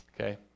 Okay